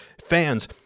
fans